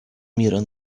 мира